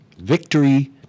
Victory